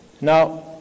Now